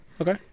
Okay